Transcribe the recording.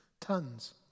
tons